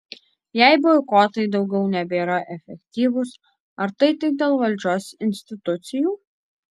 jei boikotai daugiau nebėra efektyvūs ar tai tik dėl valdžios institucijų